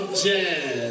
jazz